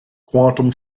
quantum